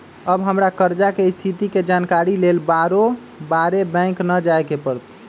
अब हमरा कर्जा के स्थिति के जानकारी लेल बारोबारे बैंक न जाय के परत्